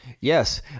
yes